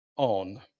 on